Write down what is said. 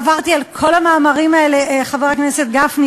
עברתי על כל המאמרים האלה, חבר הכנסת גפני.